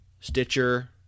Stitcher